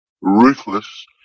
ruthless